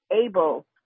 able